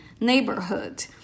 neighborhood